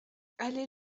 allée